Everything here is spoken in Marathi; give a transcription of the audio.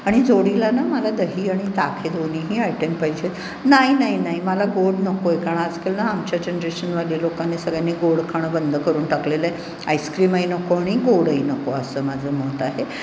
आणि जोडीला ना मला दही आणि ताक हे दोन्हीही आयटम पाहिजे आहेत नाही नाही नाही मला गोड नको आहे कारण आजकाल ना आमच्या जनरेशनवाल्या लोकांनी सगळ्यांनी गोड खाणं बंद करून टाकलेलं आहे आईस्क्रीमही नको आणि गोडही नको असं माझं मत आहे